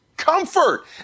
Comfort